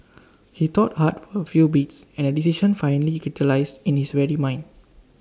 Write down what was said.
he thought hard for A few beats and A decision finally crystallised in his weary mind